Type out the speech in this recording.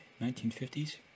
1950s